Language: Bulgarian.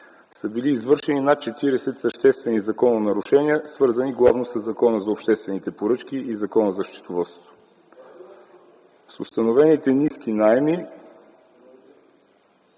са били извършени над 40 съществени закононарушения, свързани главно със Закона за обществените поръчки и Закона за счетоводството. С установените ниски наеми